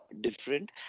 different